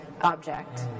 object